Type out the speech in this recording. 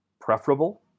preferable